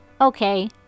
Okay